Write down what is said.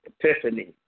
Epiphany